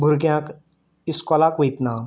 भुरग्यांक इस्कोलाक वयतना